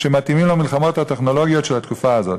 שמתאימים למלחמות הטכנולוגיות של התקופה הזאת.